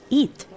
eat